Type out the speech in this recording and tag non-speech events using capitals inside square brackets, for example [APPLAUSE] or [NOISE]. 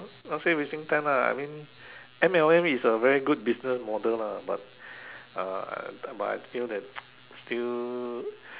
not say wasting time lah I mean M_L_M is a very good business model but uh but I feel that [NOISE] still